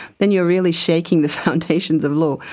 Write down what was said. then you are really shaking the foundations of law.